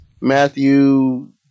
Matthew